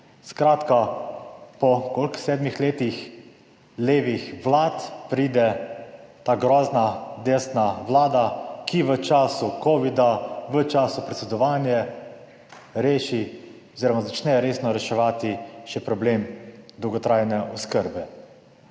Skratka po, koliko sedmih letih levih vlad, pride ta grozna desna vlada, ki v času covida, v času predsedovanja reši oziroma začne resno reševati še problem dolgotrajne oskrbe.